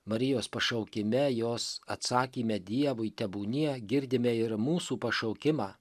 marijos pašaukime jos atsakyme dievui tebūnie girdime ir mūsų pašaukimą